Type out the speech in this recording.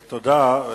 תודה.